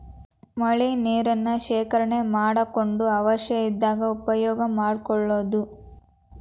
ಮಳಿ ನೇರನ್ನ ಶೇಕರಣೆ ಮಾಡಕೊಂಡ ಅವಶ್ಯ ಇದ್ದಾಗ ಉಪಯೋಗಾ ಮಾಡ್ಕೊಳುದು